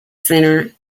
centre